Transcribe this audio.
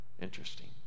Interesting